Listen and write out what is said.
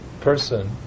person